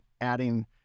adding